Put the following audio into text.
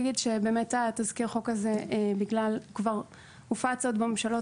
תזכיר החוק הזה כבר הופץ עוד בממשלות